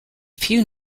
few